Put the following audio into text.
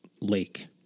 lake